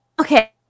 Okay